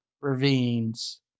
ravines